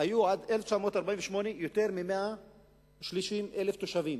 היו עד 1948 יותר מ-130,000 תושבים.